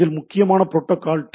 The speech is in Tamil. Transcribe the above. இதில் முக்கிய புரோட்டோகால் டி